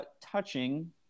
touching